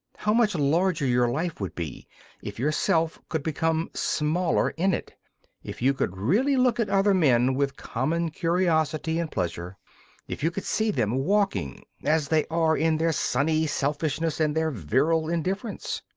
how much larger your life would be if your self could become smaller in it if you could really look at other men with common curiosity and pleasure if you could see them walking as they are in their sunny selfishness and their virile indifference!